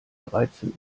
dreizehn